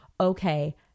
okay